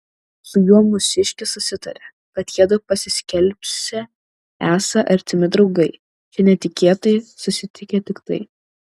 su juo mūsiškis susitarė kad jiedu pasiskelbsią esą artimi draugai čia netikėtai susitikę tiktai